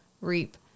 reap